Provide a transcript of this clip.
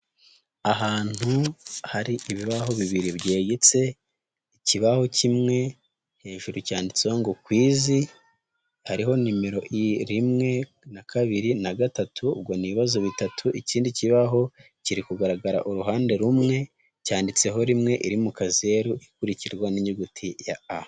Ahantu hari ibibaho bibiri byegetse, ikibaho kimwe hejuru cyanditseho ngo kwizi hariho nimero rimwe na kabiri na gatatu ubwo ni ibibazo bitatu, ikindi kibaho kiri kugaragara uruhande rumwe cyanditseho rimwe iri mu kazeru ikurikirwa n'inyuguti ya a.